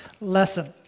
lesson